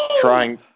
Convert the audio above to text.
Trying